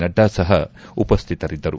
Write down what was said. ನಡ್ಡಾ ಸಹ ಉಪಸ್ಥಿತರಿದ್ದರು